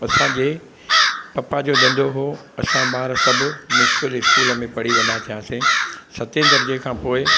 असां जे पप्पा जो धंधो हो असां ॿार सभु म्यूंस्पल स्कूल में पढ़ी वॾा थीयासीं सते दर्जे खां पोइ